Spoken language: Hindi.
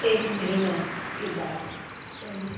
एक महीना के बाद चाहिए